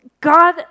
God